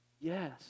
Yes